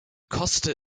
koste